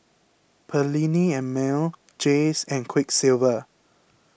Perllini and Mel Jays and Quiksilver